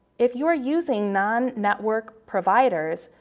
if you're using non-network providers,